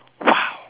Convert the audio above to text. !wow!